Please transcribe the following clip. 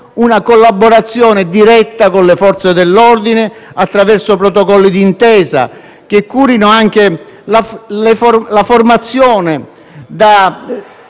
una collaborazione diretta con le Forze dell'ordine, attraverso protocolli d'intesa che curino anche la formazione